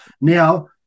Now